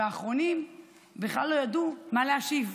האחרונים בכלל לא ידעו מה להשיב,